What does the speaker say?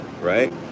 right